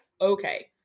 Okay